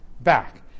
back